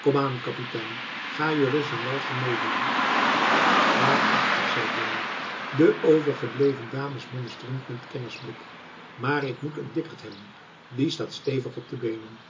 komaan kapitein ga je reis n walsje meedoen waarachtig zei borne de overgebleven dames monsterend met kennersblik maar ik moet een dikkerd hebben die staat stevig op de benen